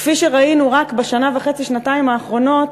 כפי שראינו רק בשנה-וחצי שנתיים האחרונות,